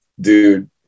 dude